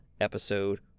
episode